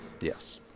Yes